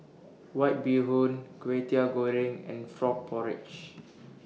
White Bee Hoon Kway Teow Goreng and Frog Porridge